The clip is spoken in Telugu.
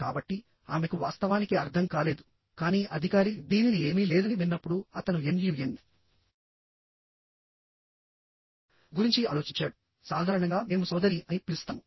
కాబట్టిఆమెకు వాస్తవానికి అర్థం కాలేదుకానీ అధికారి దీనిని ఏమీ లేదని విన్నప్పుడు అతను ఎన్ యు ఎన్ గురించి ఆలోచించాడుసాధారణంగా మేము సోదరి అని పిలుస్తాము